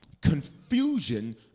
confusion